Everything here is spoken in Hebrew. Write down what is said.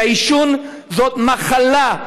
כי העישון זה מחלה,